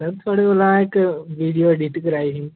sir थुआढ़े कोला इक्क वीडियो एडिट कराई ही